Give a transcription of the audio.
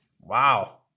Wow